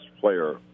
player